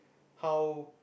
how